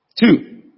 Two